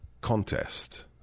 Contest